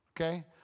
Okay